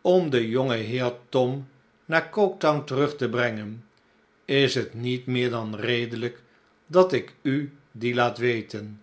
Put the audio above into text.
om den jongenheer tom naar goketown terug te brengen is het niet meer dan redelijk dat ik u die laat weten